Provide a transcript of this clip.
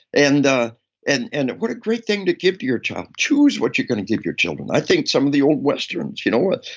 and and and what a great thing to give to your child. choose what you're gonna give your children. i think some of the old westerns. you know what,